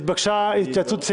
את הדיון.